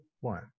one